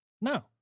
no